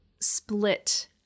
split